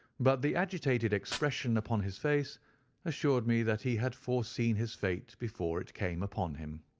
but the agitated expression upon his face assured me that he had foreseen his fate before it came upon him.